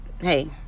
hey